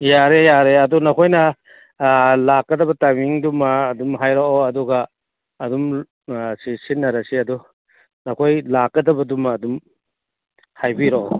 ꯌꯥꯔꯦ ꯌꯥꯔꯦ ꯑꯗꯨ ꯅꯈꯣꯏꯅ ꯂꯥꯛꯀꯗꯕ ꯇꯥꯏꯝꯃꯤꯡꯗꯨꯃ ꯑꯗꯨꯝ ꯍꯥꯏꯔꯛꯑꯣ ꯑꯗꯨꯒ ꯑꯗꯨꯝ ꯁꯤꯟꯅꯔꯁꯤ ꯑꯗꯣ ꯅꯈꯣꯏ ꯂꯥꯛꯀꯗꯕꯗꯨꯃ ꯑꯗꯨꯝ ꯍꯥꯏꯕꯤꯔꯛꯑꯣ